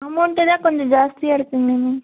amount தான் கொஞ்சம் ஜாஸ்தியாக இருக்குதுங்க மேம்